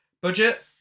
Budget